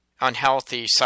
unhealthy